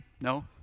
No